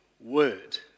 word